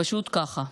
פשוט ככה.